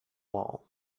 wall